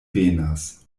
venas